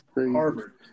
Harvard